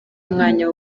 umwanya